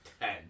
ten